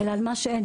אלא על מה שאין.